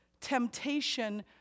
temptation